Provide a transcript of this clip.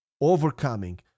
overcoming